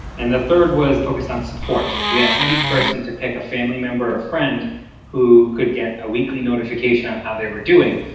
and the third focused on support. we asked each person to pick a family member or friend who could get a weekly notification on how they were doing,